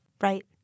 Right